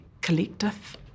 collective